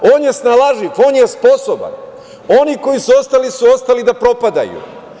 On je snalažljiv, on je sposoban, a oni koji su ostali, ostali su da propadaju.